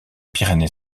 pyrénées